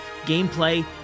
gameplay